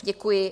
Děkuji.